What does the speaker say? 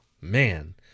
man